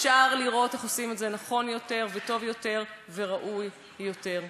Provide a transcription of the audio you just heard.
אפשר לראות איך עושים את זה נכון יותר וטוב יותר וראוי יותר.